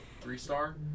three-star